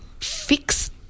fix